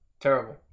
terrible